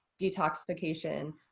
detoxification